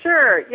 Sure